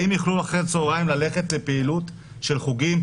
האם יוכלו בשעות אחר הצוהריים ללכת לפעילות של חוגים,